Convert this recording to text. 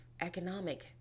economic